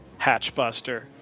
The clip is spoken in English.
Hatchbuster